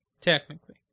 Technically